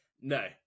no